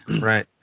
Right